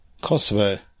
Kosovo